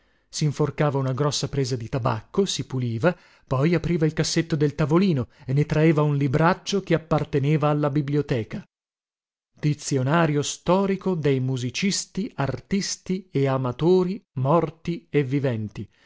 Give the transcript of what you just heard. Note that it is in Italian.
neri sinfrociava una grossa presa di tabacco si puliva poi apriva il cassetto del tavolino e ne traeva un libraccio che apparteneva alla biblioteca dizionario storico dei musicisti artisti e amatori morti e viventi